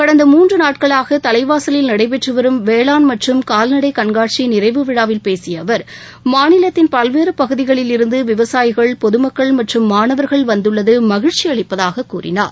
கடந்த மூன்று நாட்களாக தலைவாசலில் நடைபெற்று வரும் வேளாண் மற்றும் கால்நடை கணகாட்சி நிறைவு விழாவில் பேசிய அவர் மாநிலத்தின் பல்வேறு பகுதிகளில் இருந்து விவசாயிகள் பொது மக்கள் மற்றும் மாணவர்கள் வந்துள்ளது மகிழ்ச்சி அளிப்பதாக கூறினார்